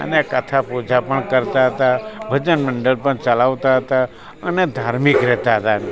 અને કથા પૂજા પણ કરતા હતા ભજનમંડળ પણ ચલાવતા હતા અને ધાર્મિક રહેતા હતા